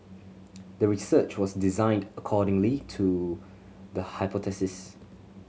the research was designed accordingly to the hypothesis